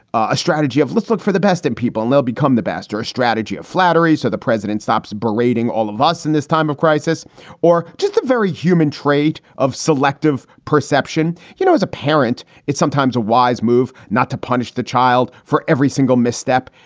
a strategy of let's look for the best in people. and they'll become the best, a strategy of flattery. so the president stops berating all of us in this time of crisis or just the very human trait of selective perception. you know, as a parent, it's sometimes a wise move not to punish the child for every single misstep.